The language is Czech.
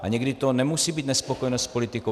A někdy to nemusí být nespokojenost s politikou.